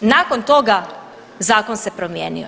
Nakon toga zakon se promijenio.